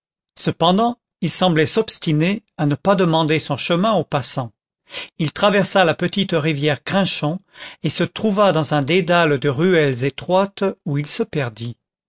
cependant il semblait s'obstiner à ne pas demander son chemin aux passants il traversa la petite rivière crinchon et se trouva dans un dédale de ruelles étroites où il se perdit